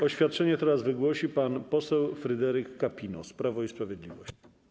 Oświadczenie teraz wygłosi pan poseł Fryderyk Kapinos, Prawo i Sprawiedliwość.